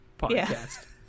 podcast